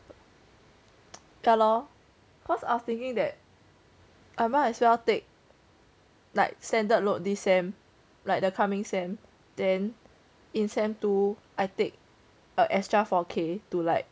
ya lor cause I was thinking that I might as well take like standard load this them like the coming sem then in sem two I take a extra four K to like